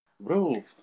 bro